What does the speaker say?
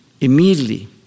Immediately